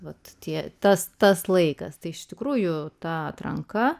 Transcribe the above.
vat tie tas tas laikas tai iš tikrųjų ta atranka